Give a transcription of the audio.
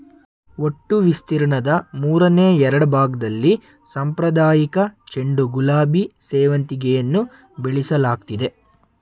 ಒಟ್ಟು ವಿಸ್ತೀರ್ಣದ ಮೂರನೆ ಎರಡ್ಭಾಗ್ದಲ್ಲಿ ಸಾಂಪ್ರದಾಯಿಕ ಚೆಂಡು ಗುಲಾಬಿ ಸೇವಂತಿಗೆಯನ್ನು ಬೆಳೆಸಲಾಗ್ತಿದೆ